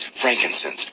frankincense